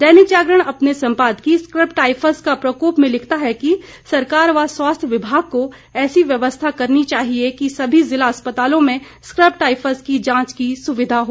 दैनिक जागरण अपने सम्पादकीय scrub typhus का प्रकोप में लिखता है कि सरकार व स्वास्थ्य विमाग को ऐसी व्यवस्था करनी चाहिए कि सभी जिला अस्पतालों में स्कब टायफस की जांच की सुविधा हो